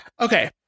okay